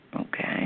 okay